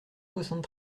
soixante